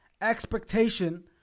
Expectation